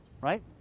right